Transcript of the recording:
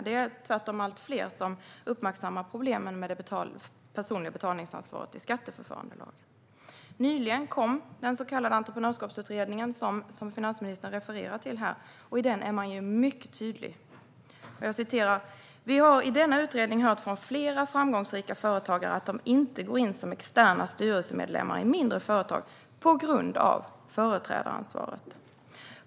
Det är tvärtom allt fler som uppmärksammar problemen med det personliga betalningsansvaret i skatteförfarandelagen. Nyligen kom Entreprenörskapsutredningens betänkande, som finansministern refererade till. I det är man mycket tydlig. Det står: "Vi har i denna utredning hört från flera framgångsrika företagare att de inte går in som externa styrelsemedlemmar i mindre företag på grund av företrädaransvaret.